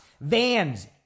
vans